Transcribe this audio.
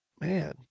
Man